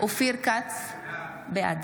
אופיר כץ, בעד